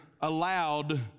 allowed